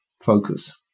focus